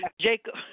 Jacob